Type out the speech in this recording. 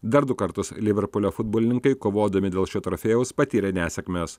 dar du kartus liverpulio futbolininkai kovodami dėl šio trofėjaus patyrė nesėkmes